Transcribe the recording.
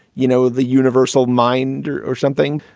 you know, the universal mind or or something.